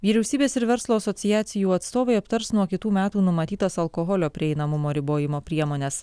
vyriausybės ir verslo asociacijų atstovai aptars nuo kitų metų numatytas alkoholio prieinamumo ribojimo priemones